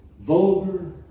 vulgar